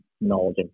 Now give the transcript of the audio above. knowledge